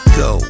go